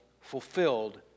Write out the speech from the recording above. fulfilled